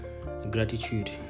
gratitude